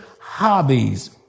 hobbies